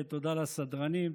תודה לסדרנים,